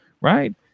right